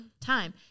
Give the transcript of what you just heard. time